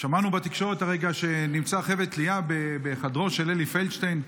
שמענו בתקשורת הרגע שנמצא חבל תלייה בחדרו של אלי פלדשטיין.